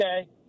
okay